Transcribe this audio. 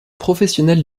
professionnel